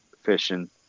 fishing